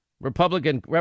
Republican